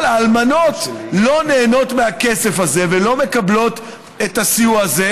אבל האלמנות לא נהנות מהכסף הזה ולא מקבלות את הסיוע הזה,